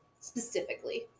specifically